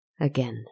Again